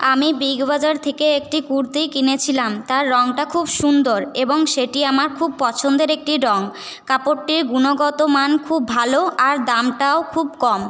আমি Big Bazaar থেকে একটি কুর্তি কিনেছিলাম তার রংটা খুব সুন্দর এবং সেটি আমার খুব পছন্দের একটি রং কাপড়টির গুণগত মান খুব ভালো আর দামটাও খুব কম